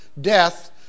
Death